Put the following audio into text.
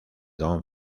don